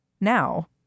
Now